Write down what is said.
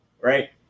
Right